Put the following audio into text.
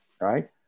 right